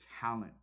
talent